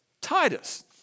Titus